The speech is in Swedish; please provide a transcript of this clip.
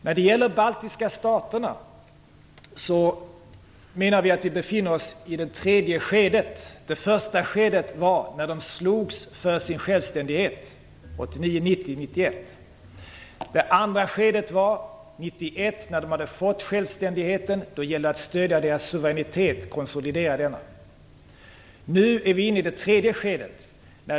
När det gäller de baltiska staterna menar vi att vi nu befinner oss i det tredje skedet. Det första skedet var när de slogs för sin självständighet 1989-91. Det andra skedet var 1991 när de hade fått självständigheten. Då gällde det att stödja och konsolidera deras suveränitet. Nu är vi inne i det tredje skedet.